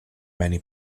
many